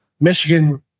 Michigan